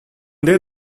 there